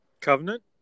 Covenant